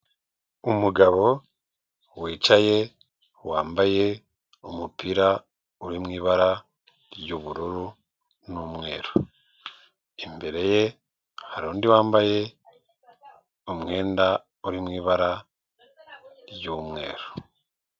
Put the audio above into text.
Umugabo wicaye wambaye umupira uri mu ibara ry'ubururu n'umweru, imbere ye hari undi wambaye umwenda uri mu ibara ry'umweru.